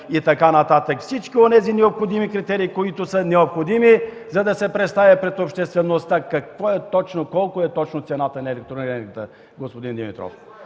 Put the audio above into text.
и така нататък, всички онези необходими критерии, които са необходими, за да се представи пред обществеността каква точно е цената на електроенергията, господин Димитров.